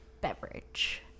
beverage